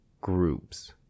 groups